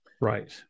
Right